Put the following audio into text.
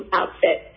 outfit